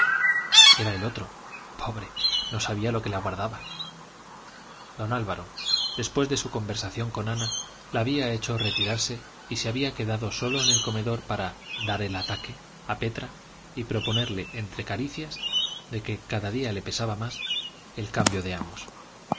era el otro pobre no sabía lo que le aguardaba don álvaro después de su conversación con ana la había hecho retirarse y se había quedado solo en el comedor para dar el ataque a petra y proponerle entre caricias de que cada día le pesaba más el cambio de amos